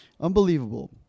unbelievable